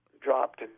dropped